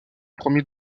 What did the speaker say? premier